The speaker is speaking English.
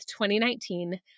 2019